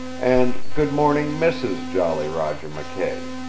and good morning, mrs. jolly roger mckay!